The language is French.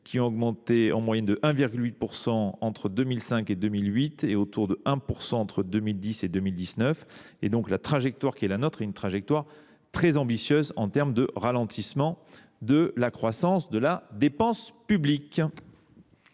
ont augmenté en moyenne de 1,8 % entre 2005 et 2008, et autour de 1 % entre 2010 et 2019. La trajectoire que nous construisons est donc très ambitieuse en termes de ralentissement de la croissance de la dépense publique.